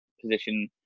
position